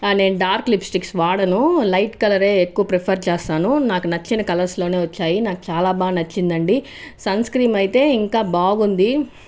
నేను dark lipstick వాడను light colour ఏ ఎక్కువ ప్రిపర్ చేస్తాను నాకు నచ్చిన కలర్స్ లోనే వచ్చాయి నాకు చాలా బాగా నచ్చింది అండి సన్ స్క్రీమ్ అయితే ఇంకా బాగుంది